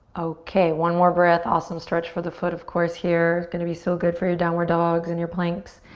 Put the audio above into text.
okay, one more breath. awesome stretch for the foot, of course, here. gonna be so good for your downward dogs and your planks.